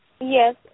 Yes